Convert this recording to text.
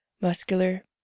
muscular